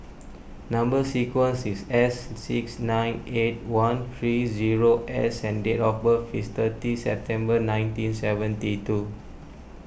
Number Sequence is S six nine eight one three two zero S and date of birth is thirty September nineteen seventy two